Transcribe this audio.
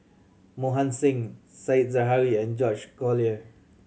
Mohan Singh Said Zahari and George Collyer